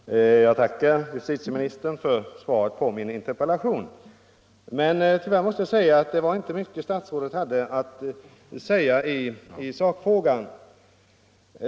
Herr talman! Jag tackar justitieministern för svaret på min interpellation. Tyvärr måste jag säga att statsrådet inte hade mycket att anföra i sakfrågan.